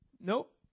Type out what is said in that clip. Nope